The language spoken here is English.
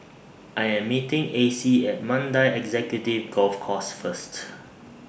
I Am meeting Acey At Mandai Executive Golf Course First